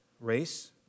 race